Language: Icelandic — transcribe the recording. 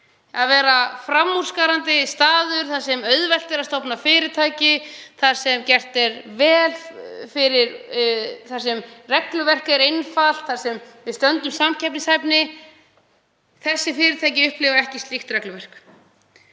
sé framúrskarandi staður þar sem auðvelt er að stofna fyrirtæki, þar sem regluverk er einfalt, þar sem við erum samkeppnishæf. Þessi fyrirtæki upplifa ekki slíkt regluverk.